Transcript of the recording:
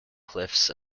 cliffs